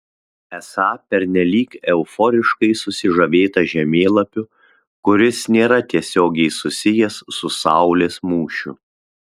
esą pernelyg euforiškai susižavėta žemėlapiu kuris nėra tiesiogiai susijęs su saulės mūšiu